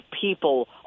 people